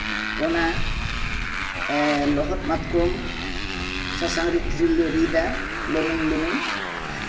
ᱚᱱᱟ ᱞᱚᱦᱚᱫ ᱢᱟᱛᱠᱚᱢ ᱥᱟᱥᱟᱝ ᱨᱤᱫ ᱫᱷᱤᱨᱤ ᱨᱮᱞᱮ ᱨᱤᱫᱟ ᱞᱮᱢᱮᱧ ᱞᱮᱢᱮᱧ